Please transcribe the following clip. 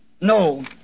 No